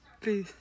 Peace